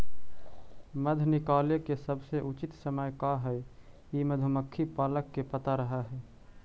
मध निकाले के सबसे उचित समय का हई ई मधुमक्खी पालक के पता रह हई